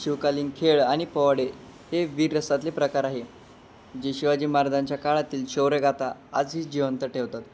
शिवकालीन खेळ आणि पोवाडे हे वीररसातले प्रकार आहे जे शिवाजी महाराजांच्या काळातील शौर्यगाथा आजही जिवंत ठेवतात